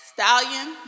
Stallion